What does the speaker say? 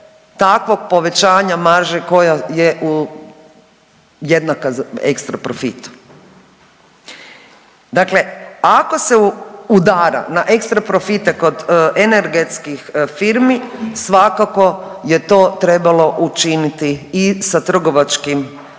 takvog povećanja marže koja je jednaka ekstra profitu. Dakle ako se udara na ekstra profite kod energetskih firmi svakako je to trebalo učiniti i sa trgovačkim maržama